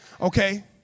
Okay